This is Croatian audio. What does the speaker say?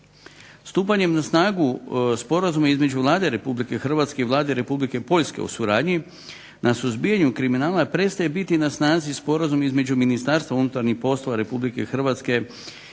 Stupanjem na snagu sporazuma između Vlade Republike Hrvatske i Vlade Republike Poljske o suradnji, na suzbijanju kriminala prestaje biti na snazi sporazum između Ministarstva unutarnjih poslova Republike Hrvatske